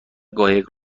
قایق